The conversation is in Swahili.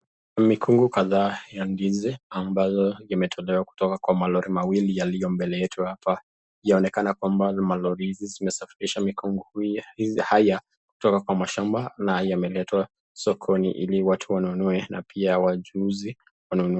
Mikungu kadhaa ya ndizi ammbalo imetolewa kwa malori mawili yaliyo mbele yetu hapa. Yaonekana kwamba malori hizi zimesafirisha mikungu haya kutoka kwa mashamba na yameletwa sokoni ili watu wanunue na pia wachuuzi wanunue.